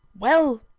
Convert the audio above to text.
well,